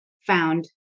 found